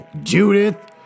Judith